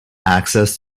access